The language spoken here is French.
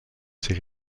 ses